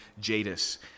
Jadis